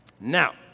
Now